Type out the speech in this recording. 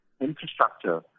infrastructure